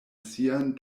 sian